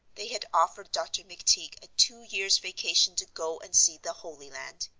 they had offered dr. mcteague a two-years' vacation to go and see the holy land.